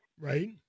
right